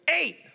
Eight